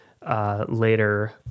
Later